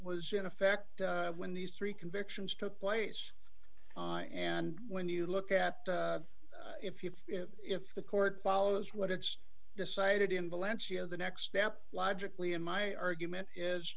was in effect when these three convictions took place and when you look at if you if the court follows what it's decided in valencia the next step logically and my argument is